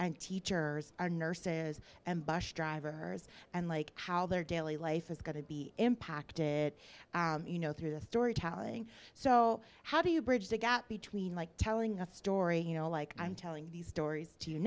and teachers are nurses and bash driver hers and like how their daily life is going to be impacted you know through the thory tallying so how do you bridge that gap between like telling a story you know like i'm telling these stories